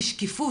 אי שקיפות.